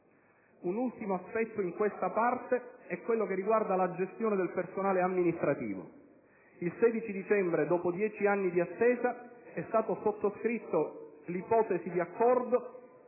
Un ultimo aspetto in questa parte riguarda la gestione del personale amministrativo. Il 16 dicembre, dopo dieci anni di attesa, è stata sottoscritta l'ipotesi di accordo